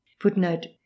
Footnote